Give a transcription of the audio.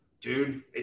Dude